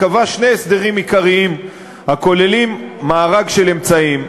קבע שני הסדרים עיקריים הכוללים מארג של אמצעים: